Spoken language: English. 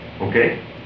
Okay